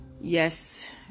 Yes